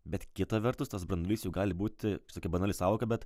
bet kita vertus tas branduolys jau gali būti tokia banali sąvoka bet